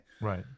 Right